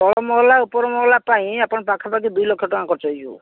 ତଳ ମହଲା ଉପର ମହଲା ପାଇଁ ଆପଣ ପାଖାପାଖି ଦୁଇଲକ୍ଷ ଟଙ୍କା ଖର୍ଚ୍ଚ ହେଇଯିବ